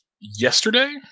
yesterday